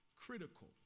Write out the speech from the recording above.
critical